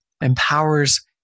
empowers